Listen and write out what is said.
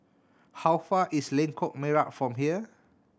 how far is Lengkok Merak from here